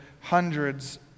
hundreds